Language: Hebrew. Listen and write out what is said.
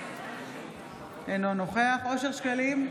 אינו נוכח אושר שקלים,